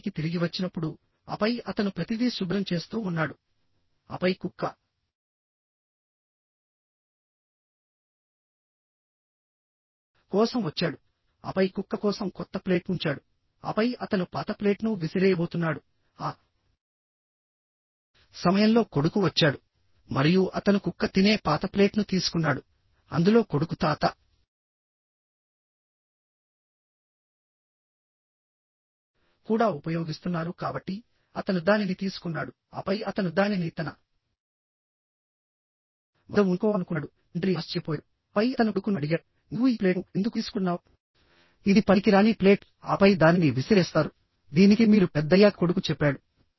అతను ఇంటికి తిరిగి వచ్చినప్పుడు ఆపై అతను ప్రతిదీ శుభ్రం చేస్తూ ఉన్నాడు ఆపై కుక్క కోసం వచ్చాడుఆపై కుక్క కోసం కొత్త ప్లేట్ ఉంచాడు ఆపై అతను పాత ప్లేట్ను విసిరేయబోతున్నాడు ఆ సమయంలో కొడుకు వచ్చాడు మరియు అతను కుక్క తినే పాత ప్లేట్ను తీసుకున్నాడు అందులో కొడుకు తాత కూడా ఉపయోగిస్తున్నారు కాబట్టి అతను దానిని తీసుకున్నాడు ఆపై అతను దానిని తన వద్ద ఉంచుకోవాలనుకున్నాడు తండ్రి ఆశ్చర్యపోయాడు ఆపై అతను కొడుకును అడిగాడు నీవూ ఈ ప్లేట్ను ఎందుకు తీసుకుంటున్నావ్ ఇది పనికిరాని ప్లేట్ ఆపై దానిని విసిరేస్తారు దీనికి మీరు పెద్దయ్యాక కొడుకు చెప్పాడు